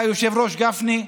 והיושב-ראש גפני,